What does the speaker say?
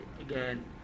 again